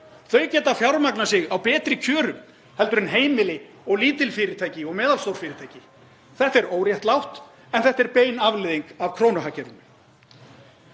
Þau geta fjármagnað sig á betri kjörum heldur en heimili og lítil fyrirtæki og meðalstór fyrirtæki. Þetta er óréttlátt en þetta er bein afleiðing af krónuhagkerfinu.